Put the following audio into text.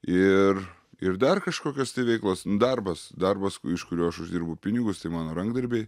ir ir dar kažkokios tai veiklos darbas darbas k iš kurio aš uždirbu pinigus tai mano rankdarbiai